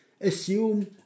assume